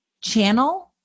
channel